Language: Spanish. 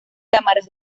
cámaras